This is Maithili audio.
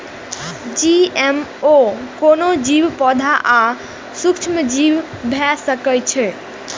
जी.एम.ओ कोनो जीव, पौधा आ सूक्ष्मजीव भए सकै छै